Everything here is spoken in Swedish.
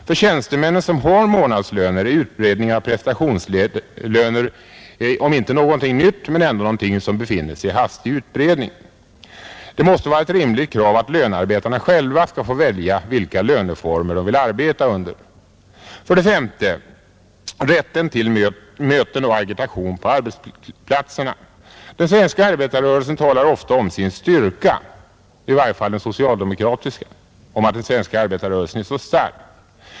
För tjänstemännen som har månadslöner är prestationslöner inte något nytt, men ändå någonting som befinner sig i hastig utbredning. Det måste vara ett rimligt krav att lönarbetarna själva skall välja vilka löneformer de vill arbeta under. 5. Rätt till möten och agitation på arbetsplatserna. Socialdemokraterna talar ofta om den svenska arbetarrörelsens styrka.